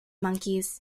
monkeys